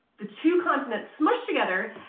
the two continent smashed together,